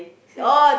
so he